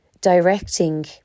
directing